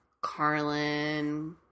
Carlin